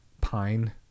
pine